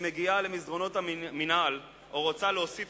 שמגיעה למסדרונות המינהל או רוצה להוסיף